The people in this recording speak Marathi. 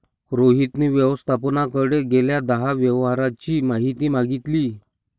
रोहितने व्यवस्थापकाकडे गेल्या दहा व्यवहारांची माहिती मागितली